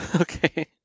Okay